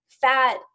fat